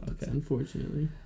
Unfortunately